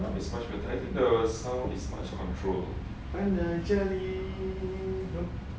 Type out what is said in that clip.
now it's much better the sound is much controlled